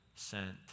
sent